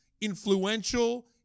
influential